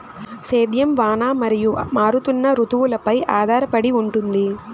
సేద్యం వాన మరియు మారుతున్న రుతువులపై ఆధారపడి ఉంటుంది